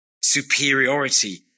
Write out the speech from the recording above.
superiority